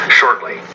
shortly